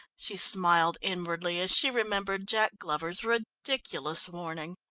she smiled inwardly as she remembered jack glover's ridiculous warning.